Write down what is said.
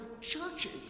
churches